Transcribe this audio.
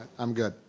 i'm good.